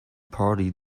party